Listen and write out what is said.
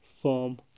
form